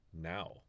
now